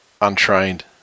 untrained